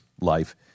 life